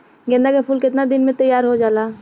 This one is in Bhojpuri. गेंदा के फूल केतना दिन में तइयार हो जाला?